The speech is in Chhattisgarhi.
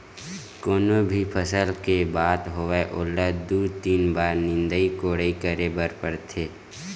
कोनो भी फसल के बात होवय ओला दू, तीन बार निंदई कोड़ई करे बर परथे